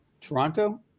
Toronto